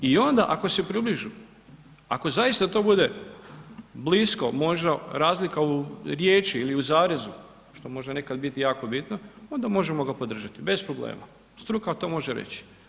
I onda ako se približe, ako zaista to bude blisko, možda razlika u riječi ili u zarezu, što može nekad biti jako bitno onda možemo ga podržati, bez problema, struka to može reći.